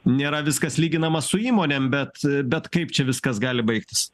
nėra viskas lyginama su įmonėm bet bet kaip čia viskas gali baigtis